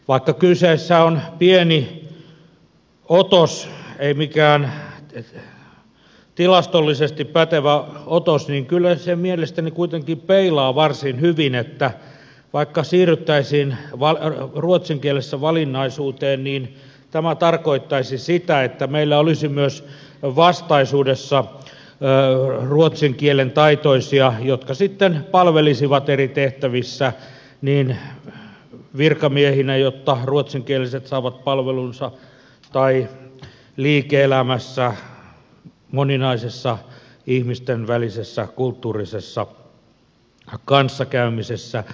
vaikka kyseessä on pieni otos ei mikään tilastollisesti pätevä otos niin kyllä se mielestäni kuitenkin peilaa varsin hyvin että vaikka siirryttäisiin ruotsin kielessä valinnaisuuteen niin tämä tarkoittaisi sitä että meillä olisi myös vastaisuudessa ruotsin kielen taitoisia jotka sitten palvelisivat eri tehtävissä niin virkamiehinä jotta ruotsinkieliset saavat palvelunsa tai liike elämässä moninaisessa ihmisten välisessä kulttuurisessa kanssakäymisessä